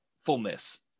fullness